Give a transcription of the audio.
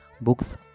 books